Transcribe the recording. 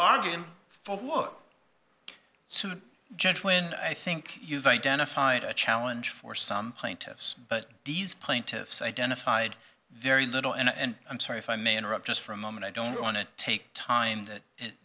arguing for who're so the judge when i think you've identified a challenge for some plaintiffs but these plaintiffs identified very little and i'm sorry if i may interrupt just for a moment i don't want to take time that